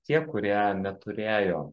tie kurie neturėjo